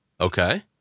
Okay